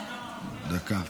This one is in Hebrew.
דקה.